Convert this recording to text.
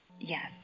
Yes